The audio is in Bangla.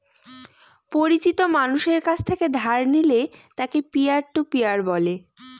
পরিচিত মানষের কাছ থেকে ধার নিলে তাকে পিয়ার টু পিয়ার বলে